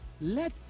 Let